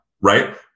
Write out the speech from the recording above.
Right